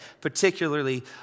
particularly